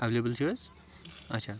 available چھ حٕظ اَچھا